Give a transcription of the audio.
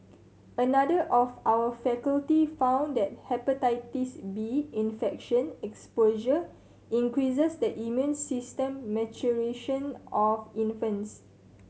another of our faculty found that Hepatitis B infection exposure increases the immune system maturation of infants